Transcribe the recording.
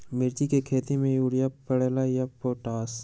मिर्ची के खेती में यूरिया परेला या पोटाश?